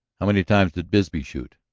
how many times did bisbee shoot?